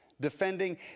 defending